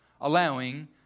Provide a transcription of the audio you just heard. allowing